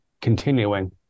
continuing